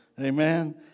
Amen